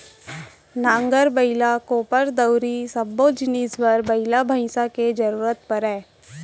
नांगर, बइला, कोपर, दउंरी सब्बो जिनिस बर बइला भईंसा के जरूरत परय